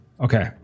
Okay